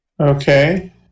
Okay